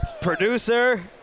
Producer